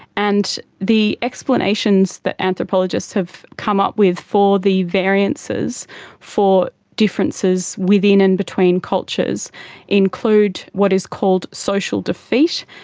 and the explanations that anthropologists have come up with for the variances for differences within and between cultures include what is called social defeat,